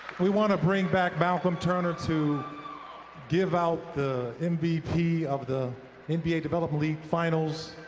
we want to bring back malcolm turner to give out the mvp of the and nba development league finals,